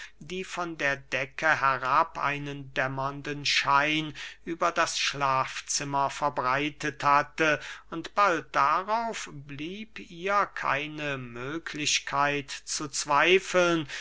die von der decke herab einen dämmernden schein über das schlafzimmer verbreitet hatte und bald darauf blieb ihr keine möglichkeit zu zweifeln